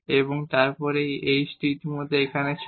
এবং তারপর এই h টি ইতিমধ্যে এখানে ছিল